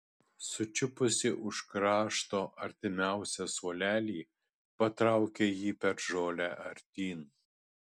sučiupusi už krašto artimiausią suolelį patraukė jį per žolę artyn